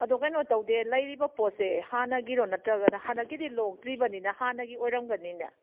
ꯑꯗꯨ ꯀꯩꯅꯣ ꯇꯧꯗꯦ ꯂꯩꯔꯤꯕ ꯄꯣꯠꯁꯦ ꯍꯥꯟꯅꯒꯤꯔꯣ ꯅꯠꯇ꯭ꯔꯒꯅ ꯍꯥꯟꯅꯒꯤꯗꯤ ꯂꯣꯛꯇ꯭ꯔꯤꯕꯅꯤꯅ ꯍꯥꯟꯅꯒꯤ ꯑꯣꯏꯔꯝꯒꯅꯤꯅꯦ